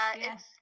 yes